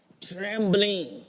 trembling